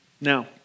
Now